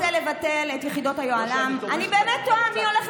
אתה רוצה לדבר, אני מזמין אותך.